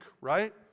right